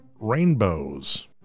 rainbows